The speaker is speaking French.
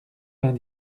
vingt